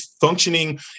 functioning